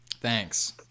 Thanks